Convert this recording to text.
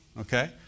Okay